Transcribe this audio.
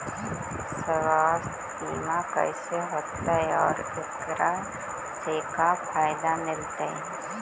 सवासथ बिमा कैसे होतै, और एकरा से का फायदा मिलतै?